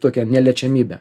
tokia neliečiamybė